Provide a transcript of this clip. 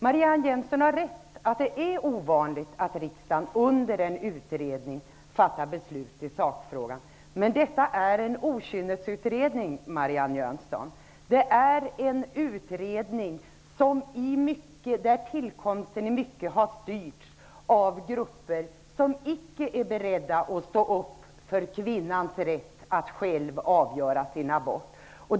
Marianne Jönsson har rätt i att det är ovanligt att riksdagen under en pågående utredning fattar beslut i sakfrågan. Men detta är en okynnesutredning, Marianne Jönsson. Det är en utredning vars tillkomst i mycket har styrts av grupper som inte är beredda att stå upp för kvinnans rätt att själv avgöra om hon vill ha abort.